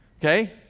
Okay